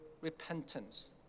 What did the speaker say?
repentance